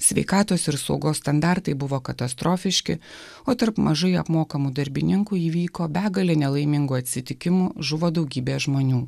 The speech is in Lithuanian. sveikatos ir saugos standartai buvo katastrofiški o tarp mažai apmokamų darbininkų įvyko begalė nelaimingų atsitikimų žuvo daugybė žmonių